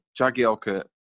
Jagielka